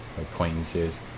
acquaintances